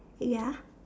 ya